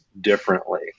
differently